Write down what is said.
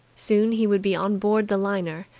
soon he would be on board the liner,